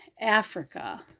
Africa